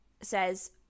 says